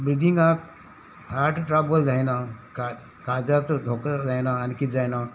ब्रिदिंगाक heart trouble जायना का काळजाचो धोको जायना आनी किदें जायना